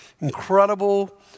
incredible